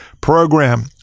program